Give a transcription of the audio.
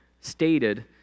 stated